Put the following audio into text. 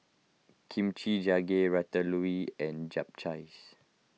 Kimchi Jjigae Ratatouille and Japchae